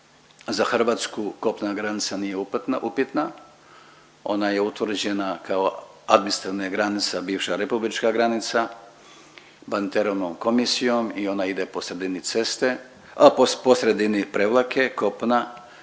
za Hrvatsku, kopnena granica nije upitna, ona je utvrđena kao administrativna granica bivša republička granica Badinterovom komisijom i ona ide po sredini ceste, po